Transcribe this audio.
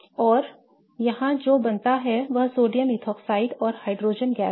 और यहां जो बनता है वह सोडियम इथोक्साइड और हाइड्रोजन गैस है